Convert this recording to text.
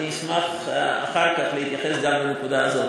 אני אשמח אחר כך להתייחס גם לנקודה הזאת,